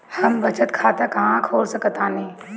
हम बचत खाता कहां खोल सकतानी?